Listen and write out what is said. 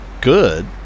good